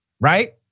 right